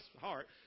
heart